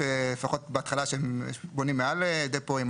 שלפחות בהתחלה בונים מעל דפואים.